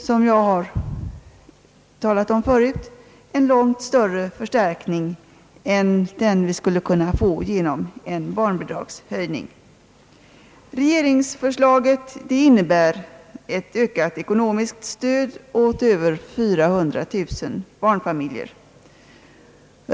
Som jag talat om förut blir detta en långt större förstärkning än den vi skulle kunna få genom en barnbidragshöjning. Regeringsförslaget innebär ett ökat ekonomiskt stöd åt över 400 000 barnfamiljer.